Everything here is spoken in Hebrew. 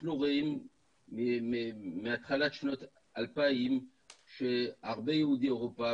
אנחנו רואים מהתחלת שנות האלפיים שהרבה יהודי אירופה,